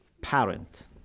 parent